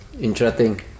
interesting